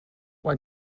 why